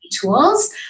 tools